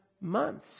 months